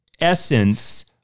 essence